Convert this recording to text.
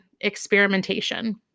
experimentation